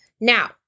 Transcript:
Now